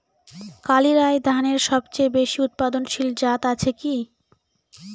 কালিরাই ধানের সবচেয়ে বেশি উৎপাদনশীল জাত আছে কি?